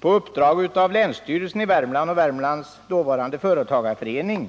På uppdrag av länsstyrelsen i Värmlands län och Värmlands dåvarande företagareförening